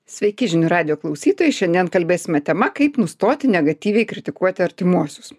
sveiki žinių radijo klausytojai šiandien kalbėsime tema kaip nustoti negatyviai kritikuoti artimuosius